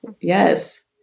Yes